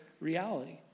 reality